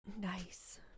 Nice